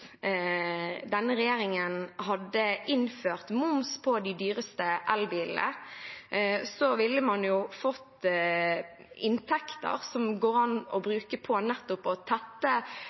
denne regjeringen hadde innført moms på de dyreste elbilene, ville man jo fått inntekter som går an å bruke på